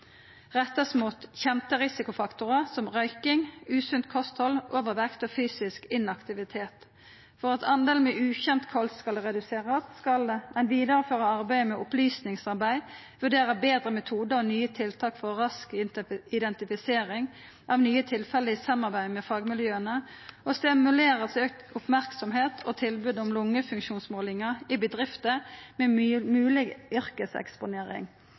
rettast mot kjende risikofaktorarar som røyking, usunt kosthald, overvekt og fysisk inaktivitet. For at talet med ukjend kols skal reduserast, skal ein vidareføra opplysningsarbeidet, vurdera betre metodar og nye tiltak for rask identifisering av nye tilfelle i samarbeid med fagmiljøa, stimulera til auka merksemd og tilbod om lungefunksjonsmålingar i bedrifter med mogleg yrkeseksponering